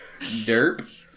derp